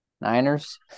Niners